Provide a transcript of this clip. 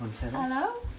Hello